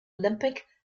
olympic